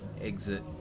exit